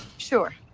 sure.